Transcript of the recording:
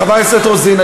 חברת הכנסת רוזין,